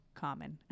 Common